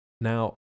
Now